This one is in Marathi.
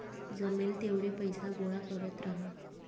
जमेल तेवढे पैसे गोळा करत राहा